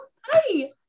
Hi